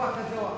אירוע כזה או אחר.